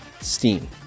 steam